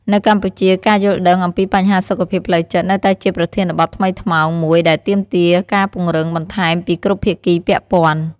នៅកម្ពុជា ការយល់ដឹងអំពីបញ្ហាសុខភាពផ្លូវចិត្តនៅតែជាប្រធានបទថ្មីថ្មោងមួយដែលទាមទារការពង្រឹងបន្ថែមពីគ្រប់ភាគីពាក់ព័ន្ធ។